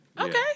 Okay